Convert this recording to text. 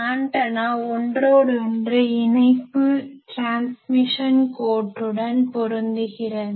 antenna ஒன்றோடொன்று இணைப்பு transmission கோட்டுடன் பொருந்துகிறது